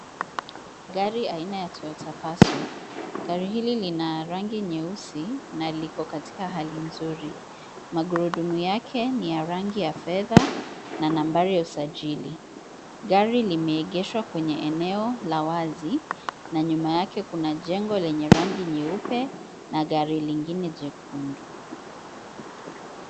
Gari aina ya (cs) Toyota Passo (cs). Gari hili lina rangi nyeusi na liko katika hali nzuri. Magurudumu yake ni ya rangi ya fedha na nambari ya usajili. Gari limeegeshwa kwenye eneo la wazi na nyuma yake kuna jengo lenye rangi nyeupe na gari lingine jekundu.